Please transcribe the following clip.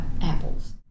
apples